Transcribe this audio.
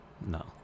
No